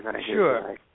Sure